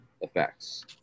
effects